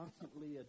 constantly